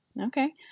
Okay